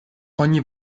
ogni